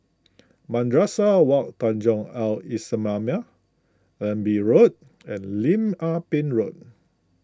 Madrasah Wak Tanjong Al Islamiah Allenby Road and Lim Ah Pin Road